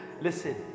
Listen